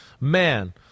man